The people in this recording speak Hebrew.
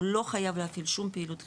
הוא לא חייב להפעיל שום פעילות חברתית.